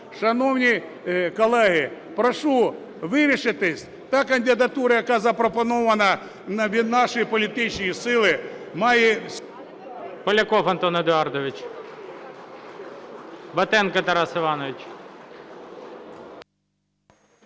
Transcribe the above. Шановні колеги, прошу вирішити. Та кандидатура, яка запропонована від нашої політичної сили, має…